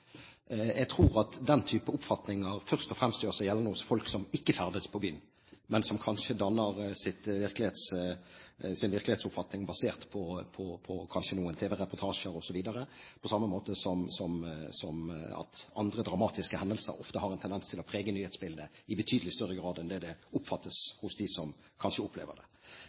Jeg tror at den type oppfatning først og fremst gjør seg gjeldende hos folk som ikke ferdes i byen, men som kanskje har sin virkelighetsoppfatning basert på noen tv-reportasjer osv., på samme måte som andre dramatiske hendelser som ofte har en tendens til å prege nyhetsbildet i betydelig grad, kanskje oppfattes annerledes av dem som opplever det.